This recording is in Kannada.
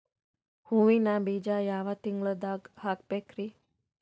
ಹೂವಿನ ಬೀಜ ಯಾವ ತಿಂಗಳ್ದಾಗ್ ಹಾಕ್ಬೇಕರಿ?